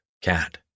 Cat